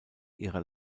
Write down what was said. ihrer